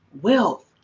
wealth